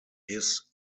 his